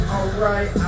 Alright